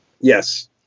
Yes